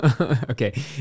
okay